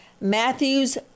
Matthew's